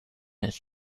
its